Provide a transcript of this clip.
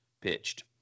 pitched